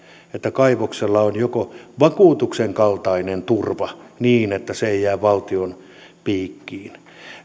että kaivoksella on joku vakuutuksen kaltainen turva niin että se ei jää valtion piikkiin